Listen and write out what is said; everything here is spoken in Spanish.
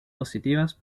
positivas